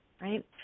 right